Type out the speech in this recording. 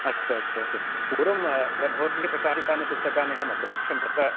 अस्तु अस्तु अस्तु पूर्वं अत्र भवद्भिः प्रकाशितानि पुस्तकानि अहमद्राक्षं तत्र